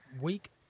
week